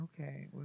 Okay